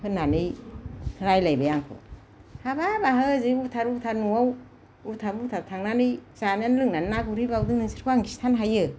होननानै रायलायबाय आंखौ हाबाब आंहा ओजों उथार उथार न'आव उथाब उथाब थांनानै जानानै लोंनानै ना गुरहैबावदों नोंसोरखौ आं खिथानो हायो